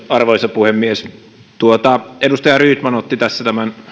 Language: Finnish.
arvoisa puhemies edustaja rydman otti tässä esille tämän